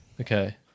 okay